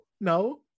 no